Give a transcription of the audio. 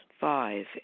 Five